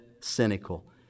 cynical